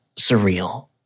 surreal